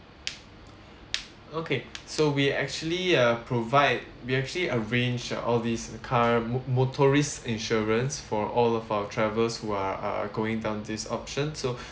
okay so we actually uh provide we actually arrange uh all these the car mo~ motorists insurance for all of our travellers who are uh going down this option so